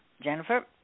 Jennifer